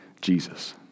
Jesus